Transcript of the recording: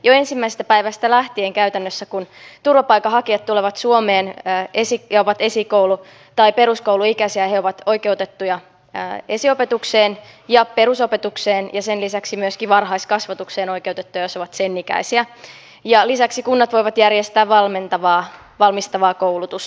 jo ensimmäisestä päivästä lähtien käytännössä kun turvapaikanhakijat tulevat suomeen ja ovat esikoulu tai peruskouluikäisiä he ovat oikeutettuja esiopetukseen ja perusopetukseen ja sen lisäksi myöskin varhaiskasvatukseen oikeutettuja jos ovat sen ikäisiä ja lisäksi kunnat voivat järjestää valmistavaa koulutusta